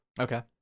Okay